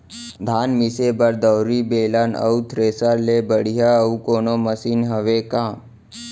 धान मिसे बर दउरी, बेलन अऊ थ्रेसर ले बढ़िया अऊ कोनो मशीन हावे का?